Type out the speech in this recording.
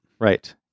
Right